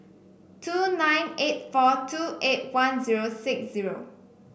two nine eight four two eight one zero six zero